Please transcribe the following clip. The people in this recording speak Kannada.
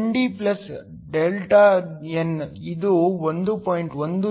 NDΔn ಇದು 1